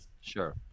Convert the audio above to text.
sure